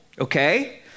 okay